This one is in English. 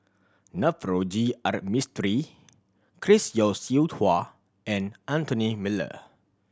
Navroji R Mistri Chris Yeo Siew Hua and Anthony Miller